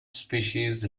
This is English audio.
species